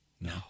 No